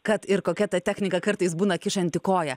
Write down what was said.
kad ir kokia ta technika kartais būna kišanti koją